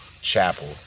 chapel